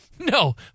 No